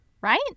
right